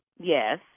Yes